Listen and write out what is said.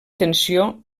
tensió